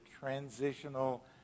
transitional